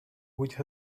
witch